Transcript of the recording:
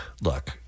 look